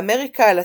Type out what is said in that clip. באמריקה הלטינית,